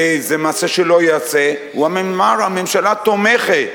וזה מעשה שלא ייעשה, הוא אמר "הממשלה תומכת",